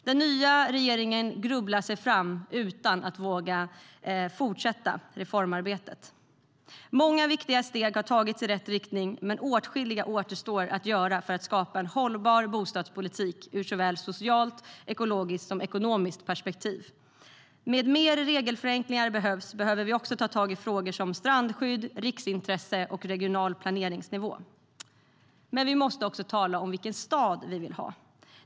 Den nya regeringen grubblar sig fram utan att våga fortsätta reformarbetet. Många viktiga steg har tagits i rätt riktning, men åtskilliga återstår att ta för att skapa en hållbar bostadspolitik ur socialt, ekologiskt och ekonomiskt perspektiv. Det behövs mer regelförenklingar. Vi behöver också ta tag i frågor som strandskydd, riksintresse och regional planeringsnivå. Men vi måste också tala om vilken stad vi vill ha.